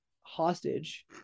hostage